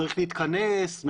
צריך להתכנס,